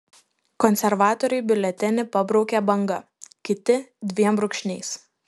konservatoriai biuletenį pabraukia banga kiti dviem brūkšniais